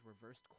reversed